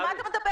על מה אתה מדבר?